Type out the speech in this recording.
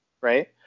Right